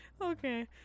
okay